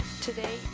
Today